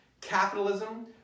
capitalism